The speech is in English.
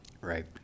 Right